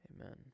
Amen